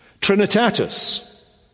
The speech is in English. Trinitatis